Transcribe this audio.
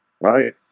Right